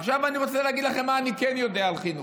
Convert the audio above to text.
עכשיו אני רוצה להגיד לכם מה אני כן יודע על חינוך.